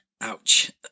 Ouch